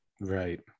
right